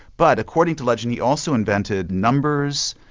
but according to legend he also invented numbers,